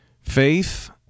faith